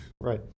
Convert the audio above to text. Right